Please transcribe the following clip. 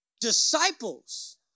disciples